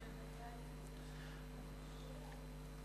ההצעה להעביר את הצעת חוק עבודת הנוער (תיקון